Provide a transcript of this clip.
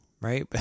right